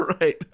Right